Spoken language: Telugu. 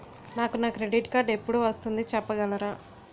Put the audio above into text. నాకు నా క్రెడిట్ కార్డ్ ఎపుడు వస్తుంది చెప్పగలరా?